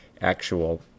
actual